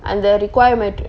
and their requirement